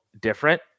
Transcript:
different